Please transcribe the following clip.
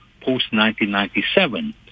post-1997